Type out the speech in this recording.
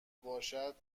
باشد